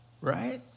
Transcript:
Right